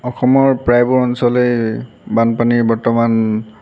অসমৰ প্ৰায়বোৰ অঞ্চলেই বানপানীৰ বৰ্তমান